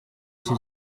iki